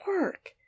work